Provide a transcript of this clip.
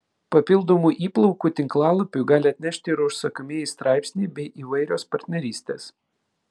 papildomų įplaukų tinklalapiui gali atnešti ir užsakomieji straipsniai bei įvairios partnerystės